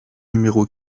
numéro